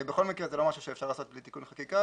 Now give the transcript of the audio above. בכל מקרה זה לא משהו שאפשר לעשות בלי תיקון חקיקה